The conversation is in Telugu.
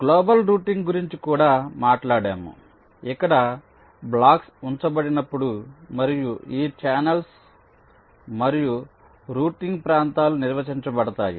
గ్లోబల్ రూటింగ్ గురించి కూడా మాట్లాడాము ఇక్కడ బ్లాక్స్ ఉంచబడినప్పుడు మరియు ఈ ఛానెల్స్ మరియు రౌటింగ్ ప్రాంతాలు నిర్వచించబడతాయి